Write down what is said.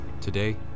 Today